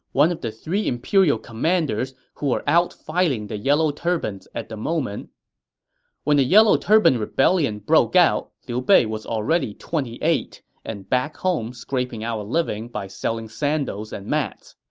one of the three imperial commanders who were out fighting the yellow turbans at the moment when the yellow turban rebellion broke out, liu bei was already twenty eight and back home scraping out a living by selling sandals and mats.